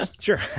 Sure